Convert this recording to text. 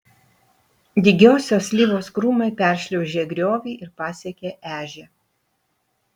dygiosios slyvos krūmai peršliaužė griovį ir pasiekė ežią